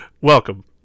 Welcome